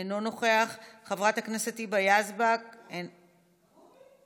אינו נוכח, חברת הכנסת היבה יזבק, קראו לי?